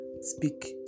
speak